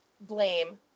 blame